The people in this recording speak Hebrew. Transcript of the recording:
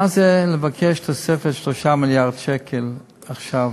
זה לבקש תוספת 3 מיליארד שקל עכשיו,